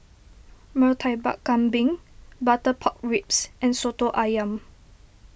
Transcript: Murtabak Kambing Butter Pork Ribs and Soto Ayam